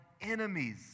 enemies